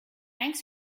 ranks